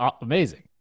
amazing